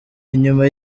inyuma